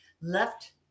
left